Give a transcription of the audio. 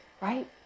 Right